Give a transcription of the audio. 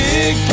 Big